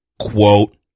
quote